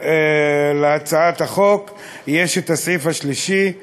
להצעת החוק יש סעיף שלישי,